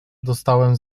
dostałem